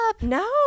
No